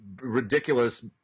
ridiculous